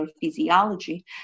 physiology